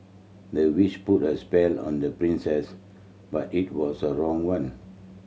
the witch put a spell on the princess but it was the wrong one